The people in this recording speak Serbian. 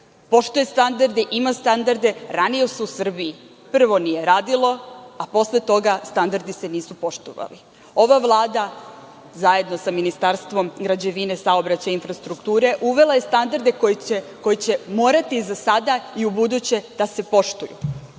poštuje standarde i ima standarde. Ranije se u Srbiji prvo nije radilo, a posle toga standardi se nisu poštovali. Ova Vlada, zajedno sa Ministarstvom građevine, saobraćaja i infrastrukture, uvela je standarde koji će morati za sada i ubuduće da se poštuju.